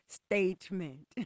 statement